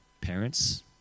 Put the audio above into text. Parents